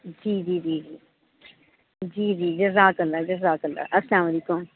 جی جی جی جی جی جزاک اللہ جزاک اللہ السّلام علیکم